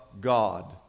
God